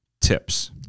tips